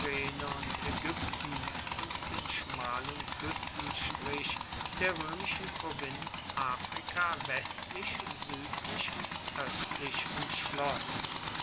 und ägypten und den schmalen küstenstrich der römischen provinz africa westlich südlich und östlich